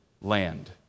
land